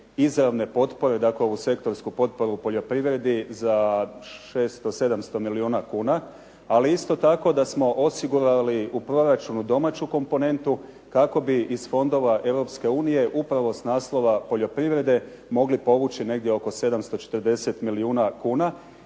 izravne potpore, dakle uz sektorsku potporu poljoprivredu za 600, 700 milijuna kuna, ali isto tako da smo osigurali u proračunu domaću komponentu kako bi iz fondova Europske unije, upravo s naslova poljoprivrede, mogli povući negdje oko 740 milijuna kuna.